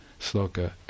sloka